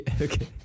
Okay